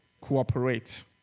Cooperate